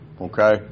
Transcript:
Okay